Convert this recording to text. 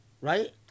right